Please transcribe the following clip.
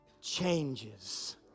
changes